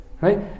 right